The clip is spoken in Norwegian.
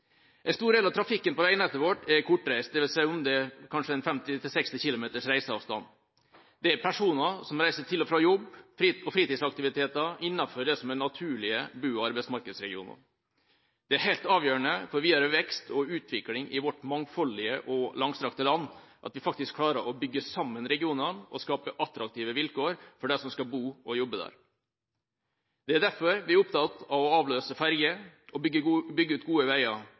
En stor del av trafikken på veinettet vårt er kortreist, dvs. at det er en reiseavstand på ca. 50–60 km. Det er personer som reiser til og fra jobb og fritidsaktiviteter innenfor det som er naturlige bo- og arbeidsmarkedsregioner. Det er helt avgjørende for videre vekst og utvikling i vårt mangfoldige og langstrakte land at vi faktisk klarer å bygge sammen regionene og skape attraktive vilkår for de som skal bo og jobbe der. Det er derfor vi er opptatt av å avløse ferger og bygge ut gode veier